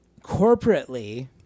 corporately